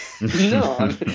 No